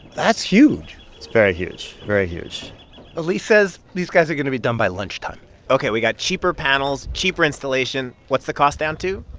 that's huge it's very huge, very huge ali says these guys are going to be done by lunchtime ok, we got cheaper panels, cheaper installation. what's the cost down to?